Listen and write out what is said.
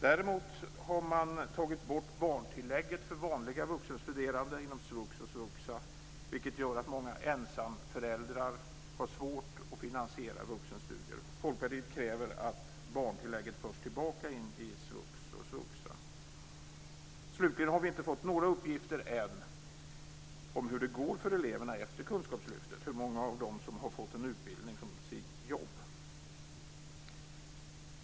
Däremot har man tagit bort barntillägget för vanliga vuxenstuderande inom svux och svuxa, vilket gör att många ensamföräldrar har svårt att finansiera vuxenstudier. Folkpartiet kräver att barntillägget förs tillbaka in i svux och svuxa. Slutligen har vi ännu inte fått några uppgifter om hur det går för eleverna efter kunskapslyftet - hur många av dem som har fått en utbildning som ger jobb.